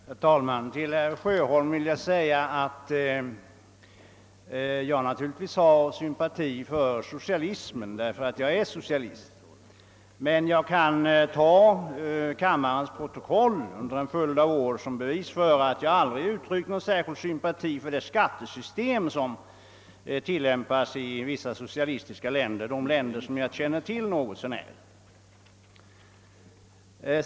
Herr talman! Till herr Sjöholm vill jag säga att jag naturligtvis har sympati för socialismen därför att jag är socialist. Men jag kan ta kammarens protokoll under en följd av år till bevis för att jag aldrig uttryckt någon särskild sympati för det skattesystem som tilllämpas i vissa av de socialistiska länder som jag känner till något så när.